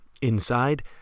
Inside